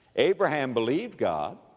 abraham believed god,